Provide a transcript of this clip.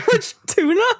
tuna